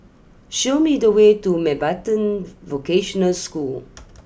show me the way to Mountbatten Vocational School